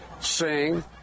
sing